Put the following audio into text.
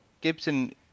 Gibson